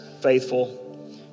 faithful